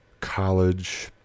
college